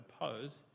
oppose